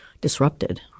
disrupted